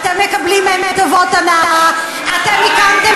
אתם מקבלים מהם טובות הנאה אתם הקמתם